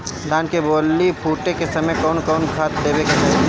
धान के बाली फुटे के समय कउन कउन खाद देवे के चाही?